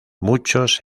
muchos